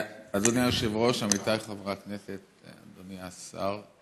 אדוני היושב-ראש, עמיתיי חברי הכנסת, אדוני השר,